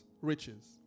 riches